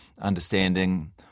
understanding